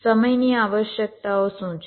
તેથી સમયની આવશ્યકતાઓ શું છે